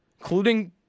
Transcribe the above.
Including